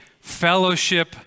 fellowship